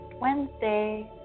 Wednesday